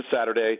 Saturday